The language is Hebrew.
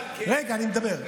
השר מלכיאלי, רגע, אני מדבר.